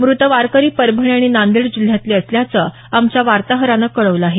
मृत वारकरी परभणी आणि नांदेड जिल्ह्यातले असल्याचं आमच्या वार्ताहरानं कळवलं आहे